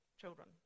children